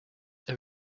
are